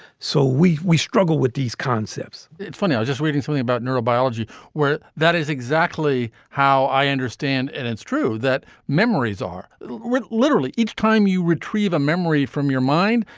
so we we struggle with these concepts it's funny, i was just reading something about neurobiology where that is exactly how i understand. and it's true that memories are literally each time you retrieve a memory from your mind,